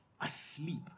asleep